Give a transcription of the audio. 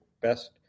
best